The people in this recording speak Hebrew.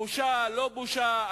בושה לא בושה,